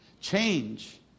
Change